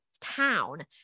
town